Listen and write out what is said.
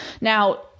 Now